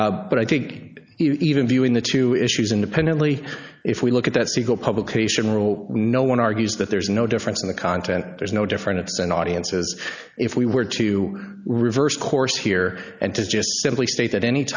honor but i think even viewing the two issues independently if we look at that single publication rule no one argues that there's no difference in the content there's no different it's an audience as if we were to reverse course here and to just simply state that any